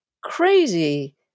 crazy